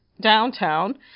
downtown